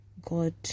God